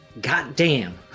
Goddamn